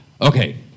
okay